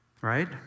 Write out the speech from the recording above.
right